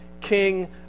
king